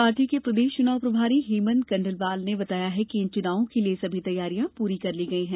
party के प्रदेश चुनाव प्रभारी हेमंत कंडलवाल ने बताया कि इन चुनावों के लिए सभी तैयारियां पूरी कर ली हैं